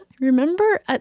remember